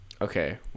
okay